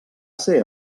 ser